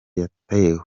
yatewe